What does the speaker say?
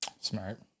Smart